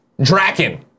Draken